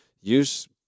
use